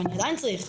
ואני עדיין צריך.